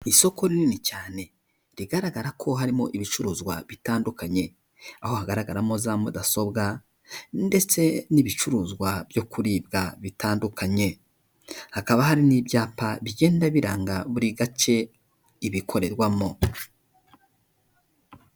Isoko rinini cyane, rigaragara ko harimo ibicuruzwa bitandukanye. Aho hagaragaramo za mudasobwa ndetse n'ibicuruzwa byo kuribwa bitandukanye. Hakaba hari n'ibyapa bigenda biranga buri gace ibikorerwamo.